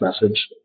message